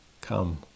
come